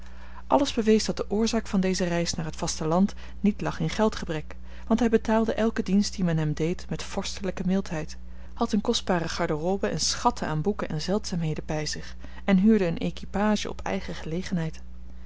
alles bewees dat de oorzaak van deze reis naar het vasteland niet lag in geldgebrek want hij betaalde elken dienst dien men hem deed met vorstelijke mildheid had eene kostbare garderobe en schatten aan boeken en zeldzaamheden bij zich en huurde eene equipage op eigen gelegenheid